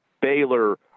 Baylor